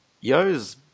Yo's